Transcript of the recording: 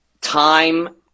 Time